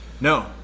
No